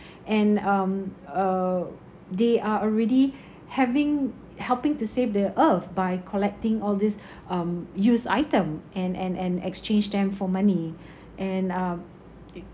and um uh they are already having helping to save the earth by collecting all this um used item and and and exchange them for money and uh